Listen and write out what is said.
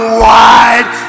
wide